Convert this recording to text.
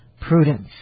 Prudence